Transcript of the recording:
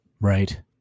Right